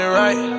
right